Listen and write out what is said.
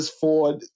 Ford